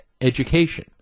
education